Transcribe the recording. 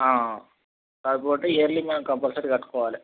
కాకపోతే ఇయర్లీ మనం కంపల్సరీ కట్టుకోవాలి